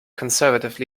conservative